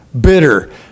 bitter